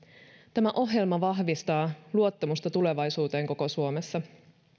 tämä ohjelma vahvistaa luottamusta tulevaisuuteen koko suomessa